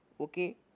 Okay